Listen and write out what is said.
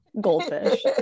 Goldfish